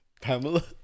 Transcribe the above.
Pamela